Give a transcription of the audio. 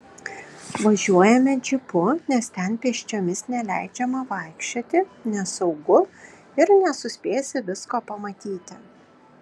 važiuojame džipu nes ten pėsčiomis neleidžiama vaikščioti nesaugu ir nesuspėsi visko pamatyti